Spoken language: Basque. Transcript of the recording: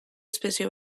espezie